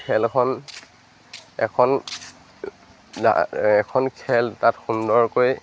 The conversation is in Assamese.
খেলখন এখন এখন খেল তাত সুন্দৰকৈ